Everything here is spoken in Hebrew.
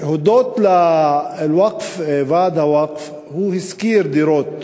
הודות לוועד הווקף, הוא השכיר דירות